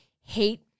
hate